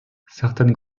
certaines